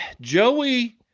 Joey